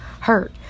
hurt